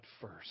first